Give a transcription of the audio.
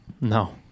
No